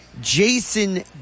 Jason